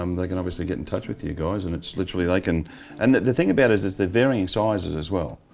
um they can obviously get in touch with you guys. and it's literally like and and the thing about it is, the varying sizes as well.